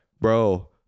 bro